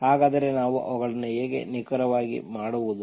ಹಾಗಾದರೆ ನಾವು ಅವುಗಳನ್ನು ಹೇಗೆ ನಿಖರವಾಗಿ ಮಾಡುವುದು